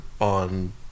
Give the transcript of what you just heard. on